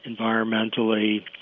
environmentally